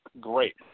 great